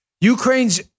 Ukraine's